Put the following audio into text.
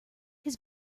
his